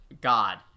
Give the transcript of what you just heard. God